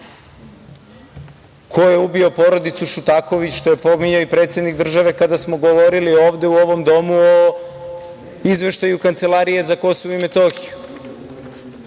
ko je ubio porodicu Šutaković, što je pominjao i predsednik države kada smo govorili ovde u ovom domu o izveštaju Kancelarije za Kosovo i Metohiju? Ne